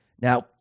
Now